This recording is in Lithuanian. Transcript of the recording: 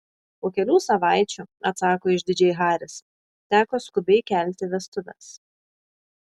po kelių savaičių atsako išdidžiai haris teko skubiai kelti vestuves